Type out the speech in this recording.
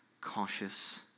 cautious